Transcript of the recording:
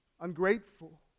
ungrateful